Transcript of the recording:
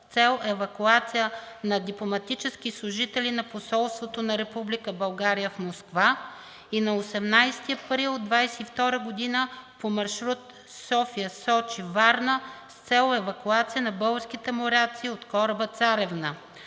с цел евакуация на дипломатически служители на Посолството на Република България в Москва и на 18 април 2022 г. по маршрут София – Сочи – Варна с цел евакуация на българските моряци от кораба „Царевна“.